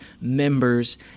members